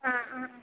आ आ